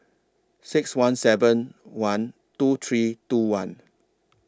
six one seven one two three two one